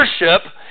worship